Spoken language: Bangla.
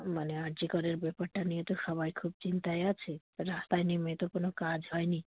মানে আর জি করের ব্যাপারটা নিয়ে তো সবাই খুব চিন্তায় আছে রাস্তায় নেমে তো কোনো কাজ হয় নি